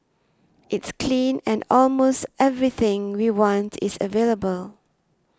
it's clean and almost everything we want is available